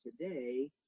today